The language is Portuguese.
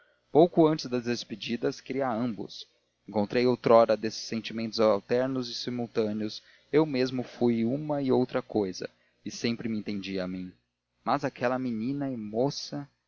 pouco antes das despedidas queria a ambos encontrei outrora desses sentimentos alternos e simultâneos eu mesmo fui uma e outra cousa e sempre me entendi a mim mas aquela menina e moça